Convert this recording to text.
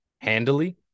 handily